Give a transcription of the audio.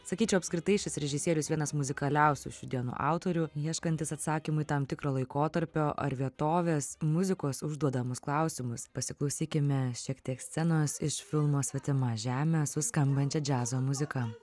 sakyčiau apskritai šis režisierius vienas muzikaliausių šių dienų autorių ieškantis atsakymų į tam tikro laikotarpio ar vietovės muzikos užduodamus klausimus pasiklausykime šiek tiek scenos iš filmo svetima žemė suskambančia džiazo muzika